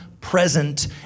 present